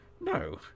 No